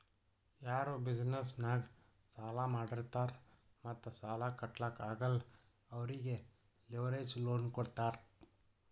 ಯಾರು ಬಿಸಿನೆಸ್ ನಾಗ್ ಸಾಲಾ ಮಾಡಿರ್ತಾರ್ ಮತ್ತ ಸಾಲಾ ಕಟ್ಲಾಕ್ ಆಗಲ್ಲ ಅವ್ರಿಗೆ ಲಿವರೇಜ್ ಲೋನ್ ಕೊಡ್ತಾರ್